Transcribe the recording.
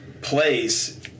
place